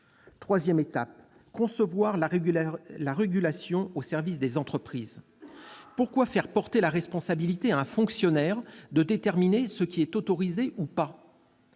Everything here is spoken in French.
consiste à concevoir la régulation au service des entreprises. Pourquoi faire porter la responsabilité à un fonctionnaire de déterminer ce qui est autorisé ou pas ?